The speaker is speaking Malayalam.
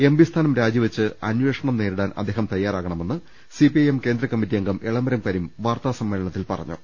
എംപി സ്ഥാനം രാജിവെച്ച് അന്വേഷണം നേരി ടാൻ അദ്ദേഹം തയാറാകണമെന്ന് സിപിഐഎം കേന്ദ്ര കമ്മറ്റി അംഗം എളമരം കരീം വാർത്താ സമ്മേളനത്തിൽ പറഞ്ഞു